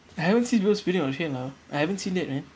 I haven't seen people spitting on a train lah I haven't seen yet man